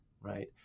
right